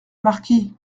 marquis